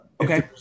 Okay